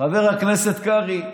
חבר הכנסת קרעי,